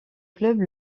club